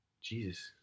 Jesus